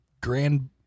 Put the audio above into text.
Grand